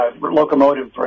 locomotive